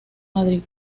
madrid